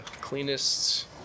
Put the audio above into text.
cleanest